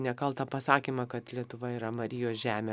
nekaltą pasakymą kad lietuva yra marijos žemė